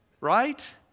Right